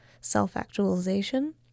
Self-actualization